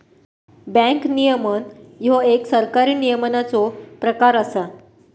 bank नियमन ह्यो एक सरकारी नियमनाचो प्रकार असा